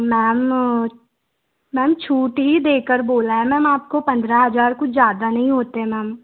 ma'am ma'am छूट ही देकर बोला है मैम आपको पंद्रह हज़ार कुछ ज़्यादा नहीं होते मैम